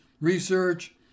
research